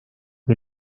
que